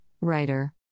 Writer